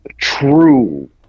true